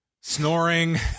snoring